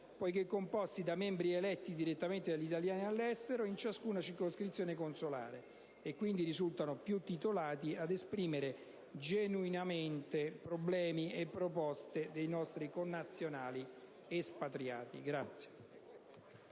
poiché composti da membri eletti direttamente dagli italiani all'estero in ciascuna circoscrizione consolare e, quindi, risultano più titolati ad esprimere genuinamente problemi e proposte dei nostri connazionali espatriati.